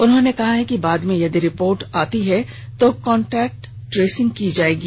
उन्होंने कहा है कि बाद में यदि रिपोर्ट पॉजिटिव आती है तो कांटैक्ट ट्रेसिंग की जाएगी